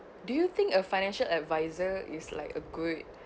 do you think a financial adviser is like a good